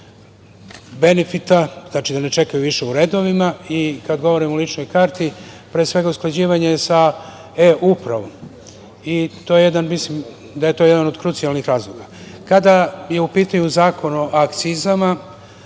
benefita, znači, da ne čekaju više u redovima i kad govorim o ličnoj karti, pre svega usklađivanje sa eUpravom. Mislim da je to jedan od krucijalnih razloga. Kada je u pitanju Zakon o akcizama